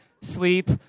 sleep